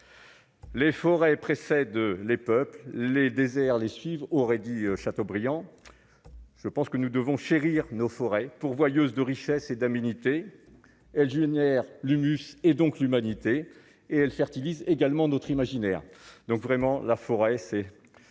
Les forêts précèdent les peuples les déserts les suivent, aurait dit Chateaubriand je pense que nous devons chérir nos forêts pourvoyeuse de richesses et d'aménité elle génère l'humus et donc l'humanité est-elle certes disent également d'autres imaginaire donc vraiment la forêt c'est